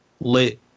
lit